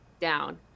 down